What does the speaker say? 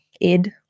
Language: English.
id